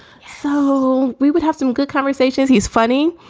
so we would have some good conversations. he's funny.